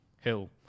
Hill